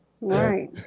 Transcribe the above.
Right